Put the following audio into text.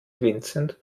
vincent